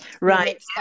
Right